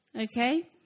Okay